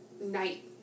night